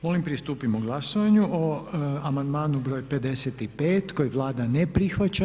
Molim pristupimo glasovanju o amandmanu br. 55. koji Vlada ne prihvaća.